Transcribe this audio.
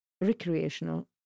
recreational